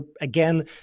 again